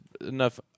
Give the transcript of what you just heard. enough